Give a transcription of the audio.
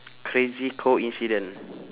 crazy coincidence